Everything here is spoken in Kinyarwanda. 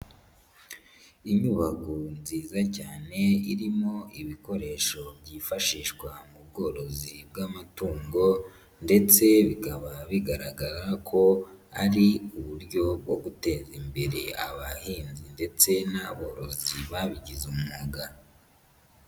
Inyubako nziza cyane irimo ibikoresho byifashishwa mu bworozi bw'amatungo ndetse bikaba bigaragara ko ari uburyo bwo guteza imbere abahinzi ndetse n'aborozi babigize umwuga.